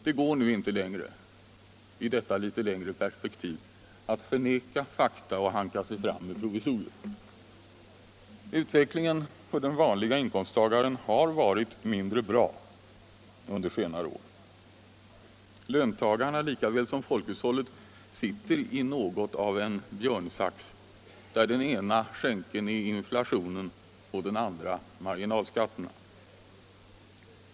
Det går emellertid inte längre, i detta litet längre perspektiv, att förneka fakta och hanka sig fram med provisorier. Utvecklingen för de vanliga inkomsttagarna har varit mindre bra under 1970-talet. Löntagarna likaväl som folkhushållet sitter i något av en björnsax, där den ena skänkeln är inflationen och den andra marginalskatterna.